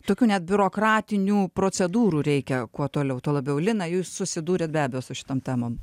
tokių net biurokratinių procedūrų reikia kuo toliau tuo labiau lina jūs susidūrėt be abejo su šitom temom